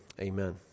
Amen